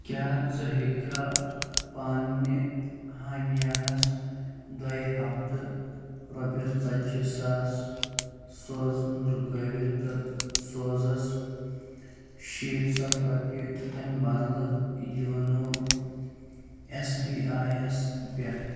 کیٛاہ ژٕ ہیٚککھا پنٛنہِ ہانیاہَس دۄیہِ ہفتہٕ رۄپیَس ژَتجی ساس سوزنہٕ رُکٲوِتھ تہٕ سوزَس شیٖتھ ساس رۄپیہِ اَمہِ بدلہٕ یوٗنو اٮ۪س بی آی ہَس پٮ۪ٹھ